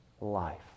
life